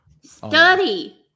Study